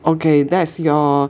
okay that's your